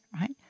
right